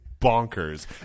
bonkers